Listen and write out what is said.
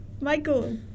Michael